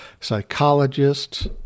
psychologists